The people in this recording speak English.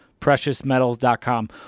preciousmetals.com